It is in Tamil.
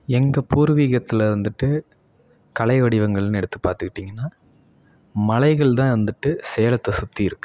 எங்கள் பூர்வீகத்தில் வந்துட்டு கலை வடிவங்கள்ன்னு எடுத்து பார்த்துக்கிட்டிங்கன்னா மலைகள் தான் வந்துட்டு சேலத்தை சுற்றி இருக்குது